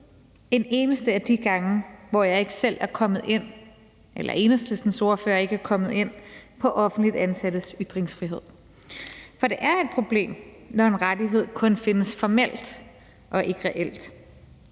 Enhedslistens ordfører ikke er kommet ind på offentligt ansattes ytringsfrihed. For det er et problem, når en rettighed kun findes formelt og ikke reelt,